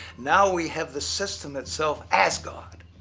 now we have the system itself as god.